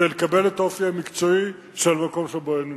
כדי לקבל את האופי המקצועי של המקום שבו הם נמצאים.